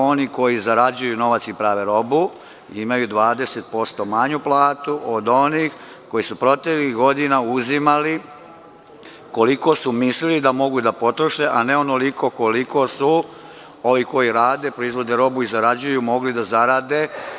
Oni koji zarađuju novac i prave robu imaju 20% manju platu od onih koji su proteklih godina uzimali koliko su mislili da mogu da potroše, a ne onoliko koliko su oni koji rade, proizvode robu i zarađuju, mogli da zarade.